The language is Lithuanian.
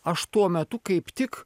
aš tuo metu kaip tik